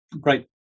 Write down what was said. Great